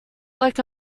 like